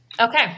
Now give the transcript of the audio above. Okay